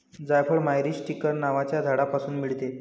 जायफळ मायरीस्टीकर नावाच्या झाडापासून मिळते